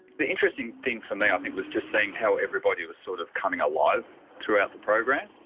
the interesting thing for me i think was just seeing how everybody was sort of coming alive throughout the program.